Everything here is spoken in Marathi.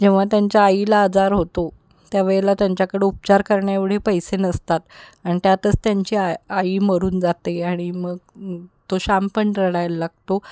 जेव्हा त्यांच्या आईला आजार होतो त्यावेेळेला त्यांच्याकड उपचार करण्या एवढे पैसे नसतात अन त्यातच त्यांची आ आई मरून जाते आणि मग तो शाम पण रडायला लागतो